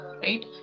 right